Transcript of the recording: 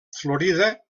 florida